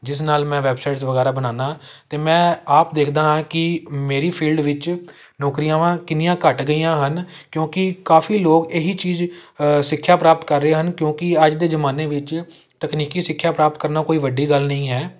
ਜਿਸ ਨਾਲ ਮੈਂ ਵੈਬਸਾਈਟਸ ਵਗੈਰਾ ਬਣਾਉਨਾ ਅਤੇ ਮੈਂ ਆਪ ਦੇਖਦਾ ਹਾਂ ਕਿ ਮੇਰੀ ਫੀਲਡ ਵਿੱਚ ਨੌਕਰੀਆਂ ਵਾ ਕਿੰਨੀਆਂ ਘੱਟ ਗਈਆਂ ਹਨ ਕਿਉਂਕਿ ਕਾਫੀ ਲੋਕ ਇਹੀ ਚੀਜ਼ ਸਿੱਖਿਆ ਪ੍ਰਾਪਤ ਕਰ ਰਹੇ ਹਨ ਕਿਉਂਕਿ ਅੱਜ ਦੇ ਜਮਾਨੇ ਵਿੱਚ ਤਕਨੀਕੀ ਸਿੱਖਿਆ ਪ੍ਰਾਪਤ ਕਰਨਾ ਕੋਈ ਵੱਡੀ ਗੱਲ ਨਹੀਂ ਹੈ